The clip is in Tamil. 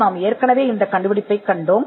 மீண்டும் இந்த கண்டுபிடிப்பைக் கண்டோம்